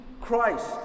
Christ